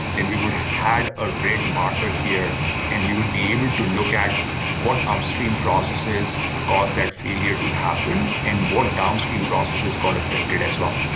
then we would had a red marker here and we would be able to look at what upstream processes cause that failure to happen and what downstream processes got affected as well.